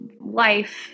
life